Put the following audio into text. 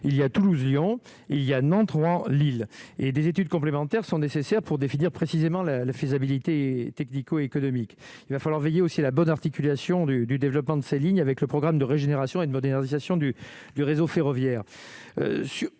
il y a Toulouse Lyon il y a un Nantes, Rouen, Lille et des études complémentaires sont nécessaires pour définir précisément la la faisabilité technico-économique, il va falloir veiller aussi à la bonne articulation du du développement de ces lignes, avec le programme de régénération et de modernisation du du réseau ferroviaire